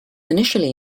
initially